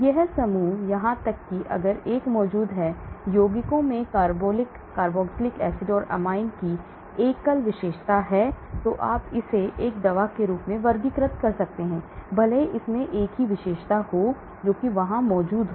ये समूह यहां तक कि अगर यह 1 मौजूद है यौगिकों में carbolic carboxylic acid or amine की एकल विशेषता है तो आप इसे एक दवा के रूप में वर्गीकृत कर सकते हैं भले ही इसमें एक ही विशेषता हो जो कि वहां हो